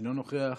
אינו נוכח,